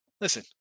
Listen